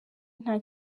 nta